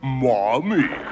mommy